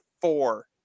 four